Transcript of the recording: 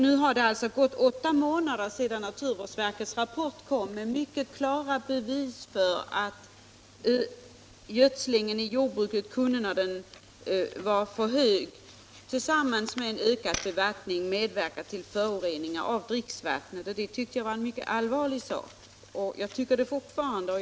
Nu har det alltså gått åtta månader sedan naturvårdsverkets rapport kom med mycket klara bevis för att gödsling i jordbruket i för stora kvantiteter kan, tillsammans med ökad bevattning, medverka till förorening av dricksvattnet. Jag tyckte detta var allvarligt, och jag tycker det fortfarande.